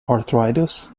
arthritis